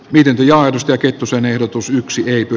niiden johdosta kettusen ehdotus yksilöity